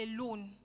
alone